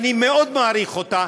ואני מאוד מעריך אותה,